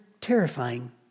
terrifying